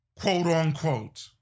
quote-unquote